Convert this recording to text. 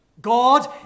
God